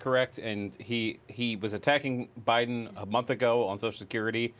correct and he he was attacking biden a month ago on social security.